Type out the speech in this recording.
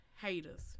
Haters